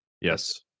Yes